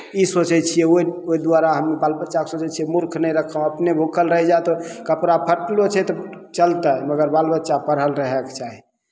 ई सोचै छियै ओहि ओहि दुआरा हम बाल बच्चाकेह सोचै छियै मूर्ख नहि राखब अपने भूखल रहि जायब तऽ कपड़ा फटलो छै तऽ चलतै मगर बाल बच्चा पढ़ल रहयके चाही